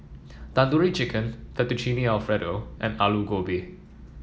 Tandoori Chicken Fettuccine Alfredo and Alu Gobi